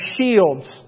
shields